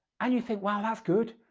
and you think wow, that's good.